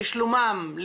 לשלומם,